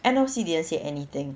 N_O_C didn't say anything